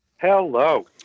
Hello